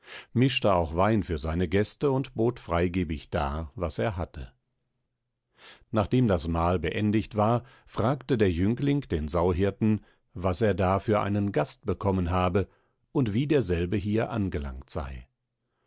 mischte auch wein für seine gäste und bot freigebig dar was er hatte nachdem das mahl beendigt war fragte der jüngling den sauhirten was er da für einen gast bekommen habe und wie derselbe hier angelangt sei